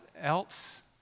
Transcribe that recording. else